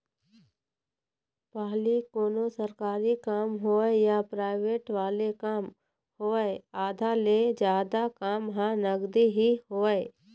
पहिली कोनों सरकारी काम होवय या पराइवेंट वाले काम होवय आधा ले जादा काम ह नगदी ही होवय